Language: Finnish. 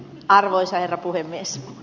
arvoisa herra puhemies